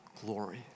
glory